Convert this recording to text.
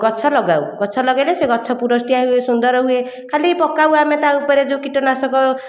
ଗଛ ଲଗାଉ ଗଛ ଲଗେଇଲେ ସେ ଗଛ ପୁରଷ୍ଟିଆ ହୁଏ ସୁନ୍ଦର ହୁଏ ଖାଲି ପକାଉ ଆମେ ତା ଉପରେ ଯେଉଁ କୀଟନାଶକ